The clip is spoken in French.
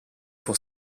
pour